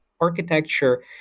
architecture